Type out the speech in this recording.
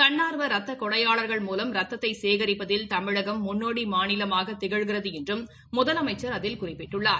தன்னா்வ ரத்த கொடையாளா்கள் மூலம் ரத்தத்தை சேகிப்பதில் தமிழகம் முன்னோடி மாநிலமாக திகழ்கிறது என்றும் முதலமைச்சள் அதில் குறிப்பிட்டுள்ளார்